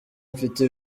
mfite